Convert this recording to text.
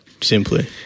Simply